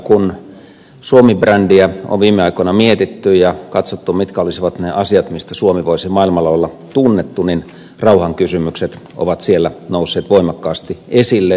kun suomi brändiä on viime aikoina mietitty ja katsottu mitkä olisivat ne asiat mistä suomi voisi maailmalla olla tunnettu niin rauhankysymykset ovat siellä nousseet voimakkaasti esille